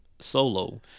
solo